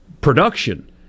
production